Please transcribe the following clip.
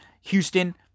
Houston